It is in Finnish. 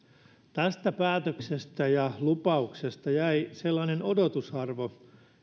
tästä päätöksestä ja lupauksesta jäi sellainen odotusarvo